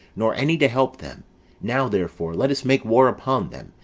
nor any to help them now therefore, let us make war upon them,